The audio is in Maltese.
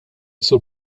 sur